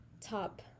top